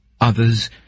Others